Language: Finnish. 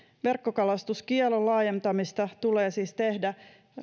verkkokalastuskiellon laajentamista tulee siis tehdä